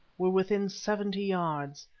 were within seventy yards,